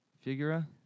Figura